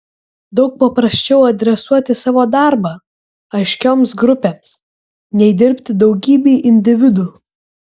daug paprasčiau adresuoti savo darbą aiškioms grupėms nei dirbti daugybei individų